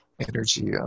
energy